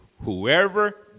whoever